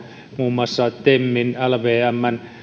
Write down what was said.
muun muassa temin lvmn ja